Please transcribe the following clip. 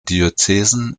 diözesen